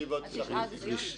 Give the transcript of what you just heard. התשעה בנובמבר זה יום שישי.